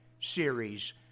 series